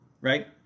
right